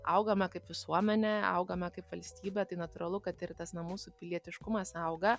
augame kaip visuomenė augame kaip valstybė tai natūralu kad ir tas na mūsų pilietiškumas auga